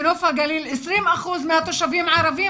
בנוף הגליל 20% מהתושבים ערבים,